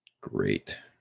Great